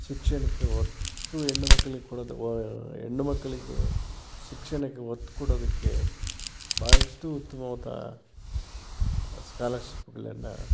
ಶಿಕ್ಷಣಕ್ಕೆ ಒತ್ತು ಹೆಣ್ಣುಮಕ್ಕಳಿಗೆ ಕೊಡೋ ಹೆಣ್ಣು ಮಕ್ಕಳಿಗೆ ಶಿಕ್ಷಣಕ್ಕೆ ಒತ್ತು ಕೊಡೋದಕ್ಕೆ ಬಹಳಷ್ಟು ಉತ್ತಮವಾದ ಸ್ಕಾಲರ್ಶಿಪ್ಗಳನ್ನು